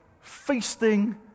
feasting